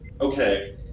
okay